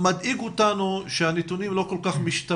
מדאיג אותנו שהנתונים לגבי היפגעות ילדים לא כל כך משתפרים.